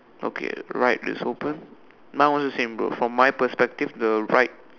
okay right is open now also same bro from my perspective the right